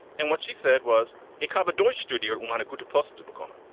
and what she said was a cop deutsche studio. what a good positive bruckmann.